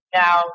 now